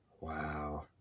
Wow